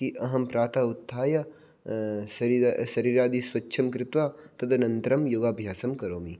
कि अहं प्रातः उत्थाय शरीरादि स्वच्छं कृत्वा तदनन्तरं योगाभ्यासं करोमि